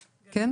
כן?